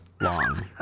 long